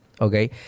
okay